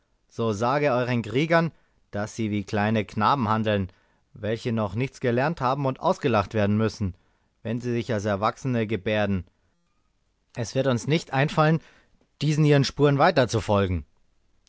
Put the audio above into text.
so sage euren kriegern daß sie wie kleine knaben handeln welche noch nichts gelernt haben und ausgelacht werden müssen wenn sie sich als erwachsene gebärden es wird uns nicht einfallen diesen ihren spuren weiterzufolgen er